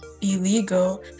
illegal